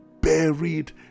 buried